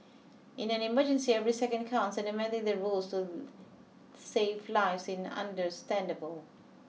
in an emergency every second counts and amending the rules save lives in understandable